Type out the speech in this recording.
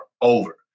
over